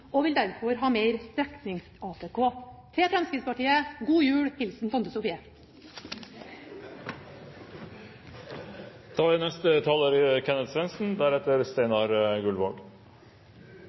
og vil derfor ha mer streknings-ATK. Til Fremskrittspartiet: God jul! Hilsen